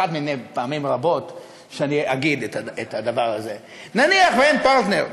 אחת מני פעמים רבות שאני אגיד את הדבר הזה: נניח שאין פרטנר,